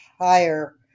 higher